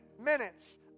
minutes